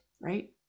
right